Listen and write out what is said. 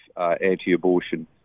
anti-abortion